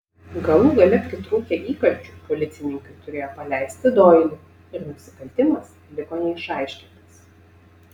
galų gale pritrūkę įkalčių policininkai turėjo paleisti doilį ir nusikaltimas liko neišaiškintas